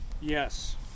Yes